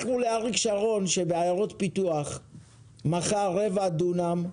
הוא מכר בעיירות הפיתוח רבע דונם,